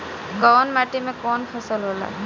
कवन माटी में कवन फसल हो ला?